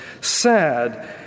sad